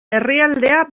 herrialdea